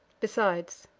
besides,